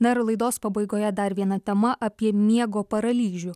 dar laidos pabaigoje dar viena tema apie miego paralyžių